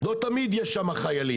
לא תמיד יש שם חיילים.